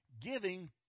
Giving